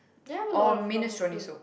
you have a lot of comfort food